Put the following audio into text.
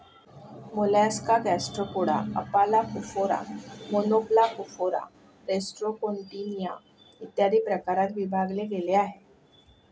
Mollusca Gastropoda, Aplacophora, Monoplacophora, Rostroconchia, इत्यादी प्रकारात विभागले गेले आहे